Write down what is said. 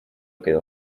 quedó